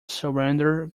surrender